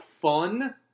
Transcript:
fun